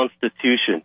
Constitution